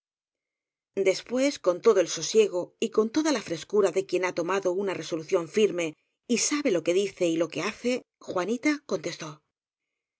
después con todo el sosiego y con toda la fres cura de quien ha tomado una resolución firme y sabe lo que dice y lo que hace juanita contestó